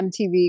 MTV